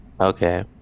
Okay